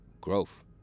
Growth